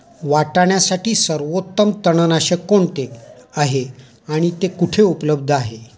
वाटाण्यासाठी सर्वोत्तम तणनाशक कोणते आहे आणि ते कुठे उपलब्ध आहे?